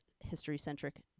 history-centric